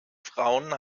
frauen